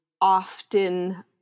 often